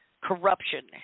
corruption